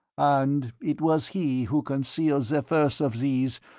and it was he who concealed the first of these,